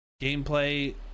Gameplay